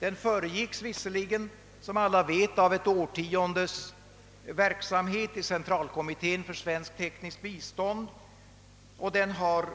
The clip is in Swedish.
Den föregicks visserligen, som alla vet, av ett årtiondes verksamhet i centralkommittén för svenskt tekniskt bistånd, och den har